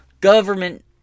government